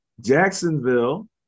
jacksonville